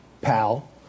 pal